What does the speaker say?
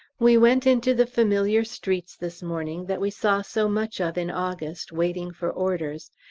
we went into the familiar streets this morning that we saw so much of in august, waiting for orders,